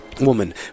woman